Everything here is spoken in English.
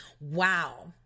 wow